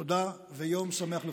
תודה, ויום שמח לכולנו.